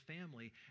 family